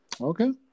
Okay